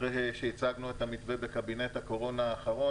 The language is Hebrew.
אחרי שהצגנו את המתווה בקבינט הקורונה האחרון